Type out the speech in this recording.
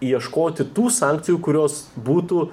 ieškoti tų sankcijų kurios būtų